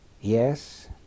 Yes